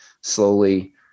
slowly